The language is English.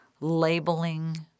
labeling